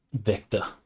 vector